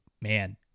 man